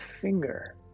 finger